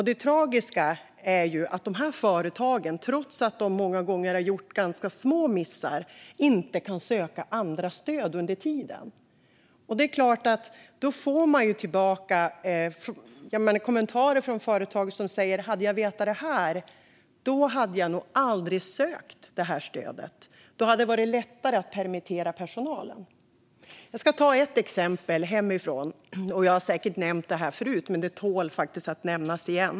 Det tragiska är att de här företagen trots att de många gånger har gjort ganska små missar inte kan söka andra stöd under tiden. Då är det klart att många företagare säger: Hade jag vetat det här, då hade jag nog aldrig sökt det här stödet. Då hade det varit lättare att permittera personalen. Jag ska ta ett exempel hemifrån. Jag har säkert nämnt det förut, men det tål faktiskt att nämnas igen.